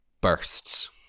bursts